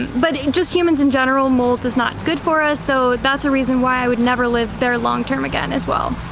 but just humans in general, mold is not good for us, so that's a reason why i would never live there long term again as well.